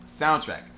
Soundtrack